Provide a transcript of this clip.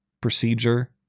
procedure